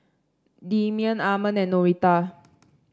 Demian Armond and Noretta